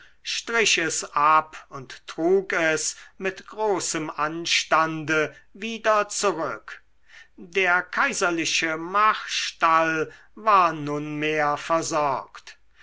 strich es ab und trug es mit großem anstande wieder zurück der kaiserliche marstall war nunmehr versorgt